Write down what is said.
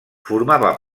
formava